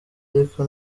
ariko